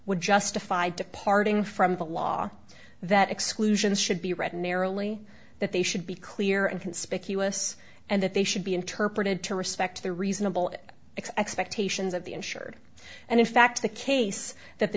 would justify departing from the law that exclusions should be read narrowly that they should be clear and conspicuous and that they should be interpreted to respect the reasonable expectations of the insured and in fact the case that the